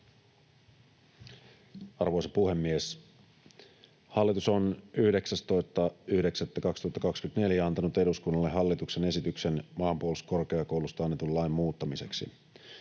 Arvoisa puhemies! Hallitus on 19.9.2024 antanut eduskunnalle hallituksen esityksen Maanpuolustuskorkeakoulusta annetun lain muuttamiseksi.